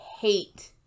hate